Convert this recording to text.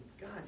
God